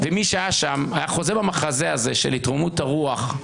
מי שהיה שם היה חוזה במחזה הזה של התרוממות הרוח,